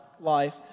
life